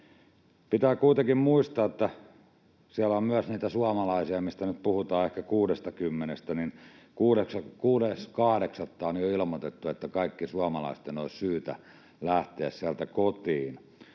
Pitää kuitenkin muistaa, että siellä on myös näitä suomalaisia, mistä nyt puhutaan, ehkä 60. Jo 6.8. on ilmoitettu, että kaikkien suomalaisten olisi syytä lähteä sieltä kotiin,